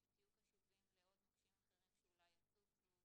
אז שתהיו קשובים לעוד מוקשים אחרים שאולי יצוצו,